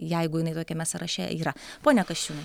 jeigu jinai tokiame sąraše yra pone kasčiūnai